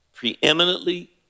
preeminently